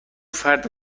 فرد